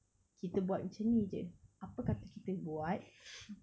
kita buat macam ni jer apa kata kita buat